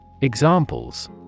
Examples